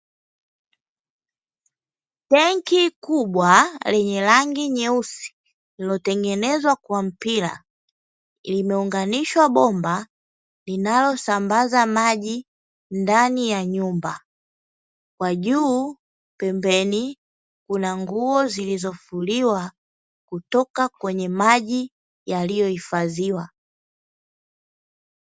Tenki kubwa lenye rangi nyeusi iliyotengenezwa kwa mpira, limeunganishwa bomba linalosambaza maji ndani ya nyumba, kwa juu pemebeni kuna nguo zilizofuliwa kutoka kwenye maji yaliyohifadhiwa.